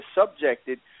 subjected